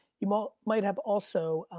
you might might have also